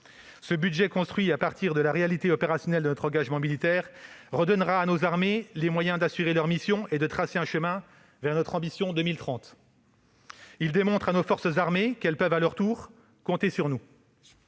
Ce budget, construit à partir de la réalité opérationnelle de notre engagement militaire, redonnera à nos armées les moyens d'assurer leur mission et de tracer un chemin vers notre Ambition 2030. Il démontre à nos forces armées qu'elles peuvent à leur tour compter sur nous.